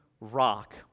rock